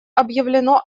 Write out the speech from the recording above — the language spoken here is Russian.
объявлено